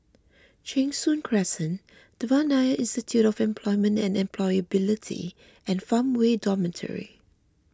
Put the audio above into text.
Cheng Soon Crescent Devan Nair Institute of Employment and Employability and Farmway Dormitory